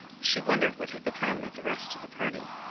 she wondered what had become of the rest of the party.